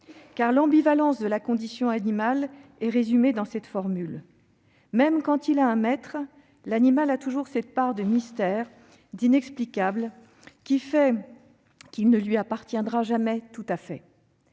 Car l'ambivalence de la condition animale est résumée dans cette formule. Même quand il a un maître, l'animal a toujours cette part de mystère, d'inexplicable, qui fait qu'il ne lui appartiendra jamais tout à fait.